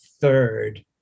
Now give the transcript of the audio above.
third